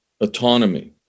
autonomy